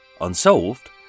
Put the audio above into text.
unsolved